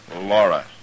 Laura